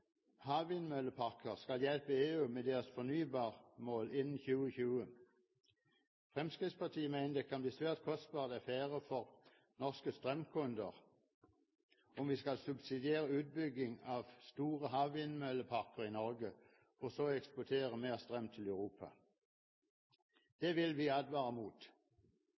havvindmølleparker skal hjelpe EU med deres fornybarmål innen 2020. Fremskrittspartiet mener det kan bli en svært kostbar affære for norske strømkunder om vi skal subsidiere utbygging av store havvindmølleparker i Norge for så å eksportere mer strøm til Europa. Det vil vi advare mot.